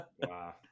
wow